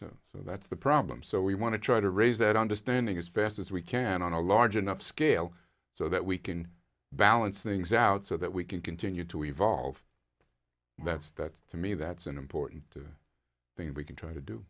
or so that's the problem so we want to try to raise that understanding as fast as we can on a large enough scale so that we can balance things out so that we can continue to evolve and that's that to me that's an important thing we can try to do